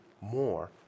more